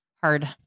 hard